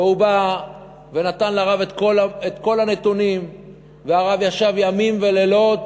והוא בא ונתן לרב את כל הנתונים והרב ישב ימים ולילות,